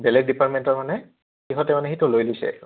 বেলেগ ডিপাৰ্টমেণ্টৰ মানে সিহঁতে মানে সেইটো লৈ লৈছে